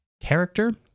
character